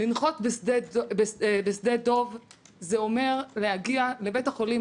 לנחות בשדה דב זה אומר להגיע לבית החולים